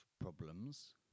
problems